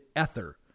ether